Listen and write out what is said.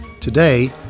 Today